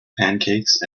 pancakes